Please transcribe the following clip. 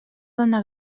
dona